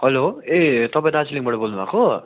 hello ए तपाईँ दार्जिलिङबाट बोल्नु भएको